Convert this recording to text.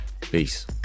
Peace